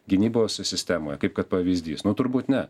gynybos sistemoje kaip kad pavyzdys nu turbūt ne